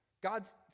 God's